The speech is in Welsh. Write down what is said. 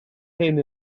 hyn